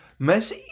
Messi